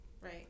Right